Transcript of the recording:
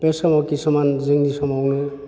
बे समाव खिसुमान जोंनि समावनो